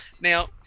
Now